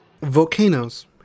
Volcanoes